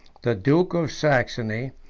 the duke of saxony,